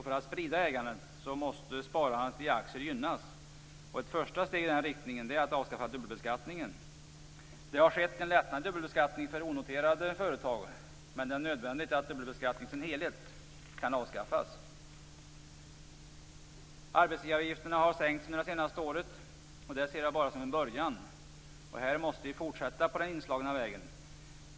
För att ägandet skall kunna spridas måste sparandet i aktier gynnas, och ett första steg i den riktningen är att avskaffa dubbelbeskattningen. Det har skett en lättnad i dubbelbeskattningen för onoterade företag, men det är nödvändigt att dubbelbeskattningen i sin helhet avskaffas. Arbetsgivaravgifterna har sänkts under det senaste året. Detta ser jag som bara en början. Här måste vi fortsätta på den inslagna vägen.